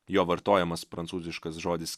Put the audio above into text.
jo vartojamas prancūziškas žodis